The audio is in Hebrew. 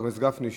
חבר הכנסת גפני,